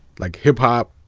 like, hip-hop,